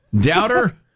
Doubter